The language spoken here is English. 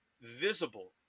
visible